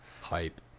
Hype